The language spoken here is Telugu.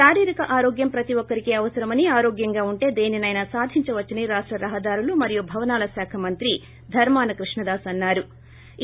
శారీరక ఆరోగ్యం ప్రతి ఒక్కరికి అవసరమని ఆరోగ్యంగా ఉంటె దేనిసైనా సాధించవచ్చని రాష్ట రహదారులు భవనాల శాఖ మంత్రి ధర్మాన కృష్ణదాస్ అన్నా రు